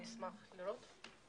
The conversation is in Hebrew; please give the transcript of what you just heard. אני אשמח לראות אותו.